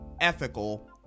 ethical